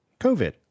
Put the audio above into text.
covid